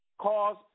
cause